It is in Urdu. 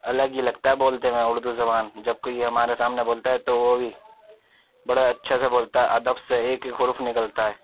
الگ ہی لگتا ہے بولتے میں اردو زبان جب کوئی ہمارے سامنے بولتا ہے تو وہ بھی بڑے اچھے سے بولتا ہے ادب سے ایک ایک حروف نکلتا ہے